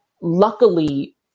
luckily